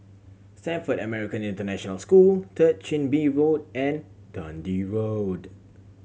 Stamford American International School Third Chin Bee Road and Dundee Road